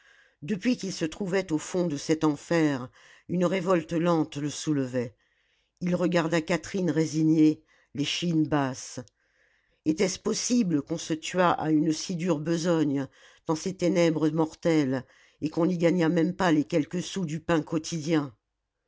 depuis qu'il se trouvait au fond de cet enfer une révolte lente le soulevait il regarda catherine résignée l'échine basse était-ce possible qu'on se tuât à une si dure besogne dans ces ténèbres mortelles et qu'on n'y gagnât même pas les quelques sous du pain quotidien